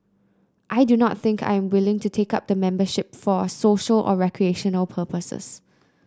I do not think I am willing to take up the membership for social or recreational purposes